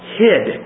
hid